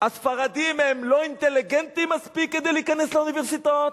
הספרדים הם לא אינטליגנטים מספיק כדי להיכנס לאוניברסיטאות?